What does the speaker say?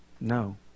No